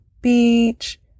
beach